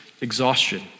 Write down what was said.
exhaustion